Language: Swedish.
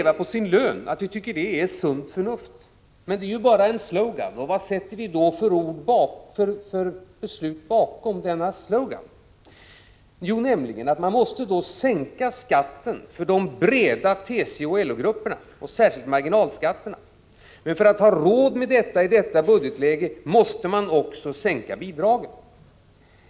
Vi har också sagt att vi tycker att det är sunt förnuft att man skall kunna leva på sin lön. Men det är ju bara en slogan. Vilka beslut sätter vi då bakom denna slogan? Jo, skatten för de breda TCO och LO-grupperna måste sänkas, särskilt marginalskatterna. Men för att ha råd med detta i nuvarande budgetläge måste också bidragen sänkas.